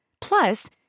Plus